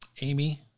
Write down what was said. Amy